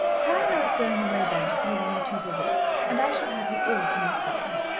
pamela is going away then to pay one or two visits and i shall have you all to myself.